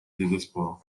désespoir